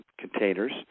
containers